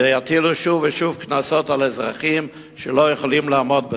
ויטילו שוב ושוב קנסות על אזרחים שלא יכולים לעמוד בזה.